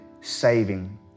saving